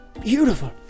beautiful